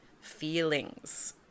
feelings